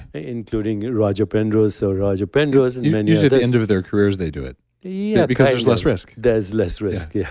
including roger penrose, so roger penrose and and and usually, at the end of their careers, they do it yeah because there's less risk there's less risk. yeah.